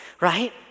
right